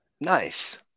nice